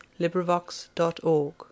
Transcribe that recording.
LibriVox.org